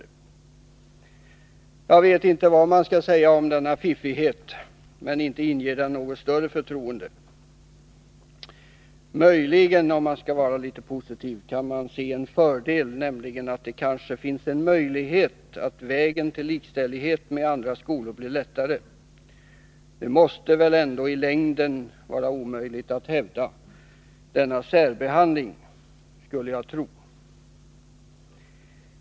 Jag vet inte vad man skall säga om denna fiffighet, men inte inger den något större förtroende. Om man skall vara litet positiv kan man se en viss fördel, nämligen att det kanske finns en möjlighet att vägen till likställighet med andra skolor blir mer lättframkomlig. Det måste väl ändå i sammanhanget vara omöjligt att hävda det riktiga i denna särbehandling.